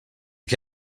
què